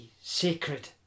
sacred